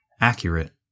accurate